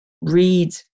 read